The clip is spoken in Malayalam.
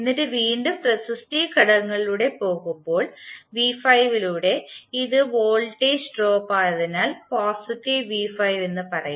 എന്നിട്ട് വീണ്ടും റെസിസ്റ്റീവ് ഘടകത്തിലൂടെ പോകുമ്പോൾ v5 ലൂടെ ഇത് വോൾട്ടേജ് ഡ്രോപ്പ് ആയതിനാൽ പോസിറ്റീവ് v5 എന്ന് പറയും